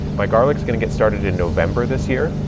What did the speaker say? my garlic is going to get started in november this year.